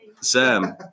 Sam